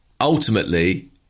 ultimately